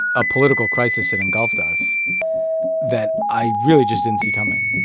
a political crisis had engulfed us that i really just didn't see coming